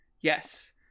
Yes